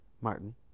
Martin